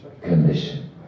condition